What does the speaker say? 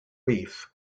reef